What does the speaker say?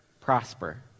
prosper